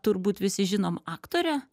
turbūt visi žinom aktorę